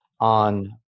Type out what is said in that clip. on